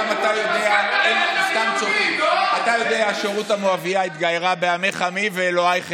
גם אתה יודע שרות המואבייה התגיירה ב"עמך עמי ואלהיך אלהי".